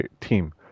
team